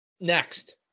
Next